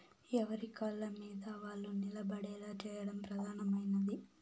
ఎవరి కాళ్ళమీద వాళ్ళు నిలబడేలా చేయడం ప్రధానమైనది